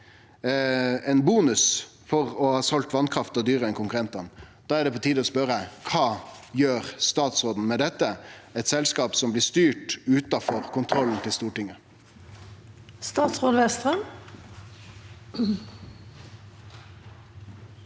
ein bonus for å ha selt vasskrafta dyrare enn konkurrentane. Då er det på tide å spørje: Kva gjer statsråden med dette – eit selskap som blir styrt utanfor kontrollen til Stortinget? Statsråd Jan